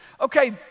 Okay